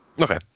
Okay